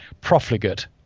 profligate